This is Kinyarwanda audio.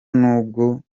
nubwo